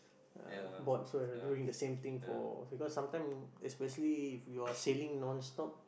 uh bored from doing the same thing for because some time especially if you're sailing non-stop